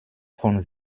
von